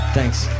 Thanks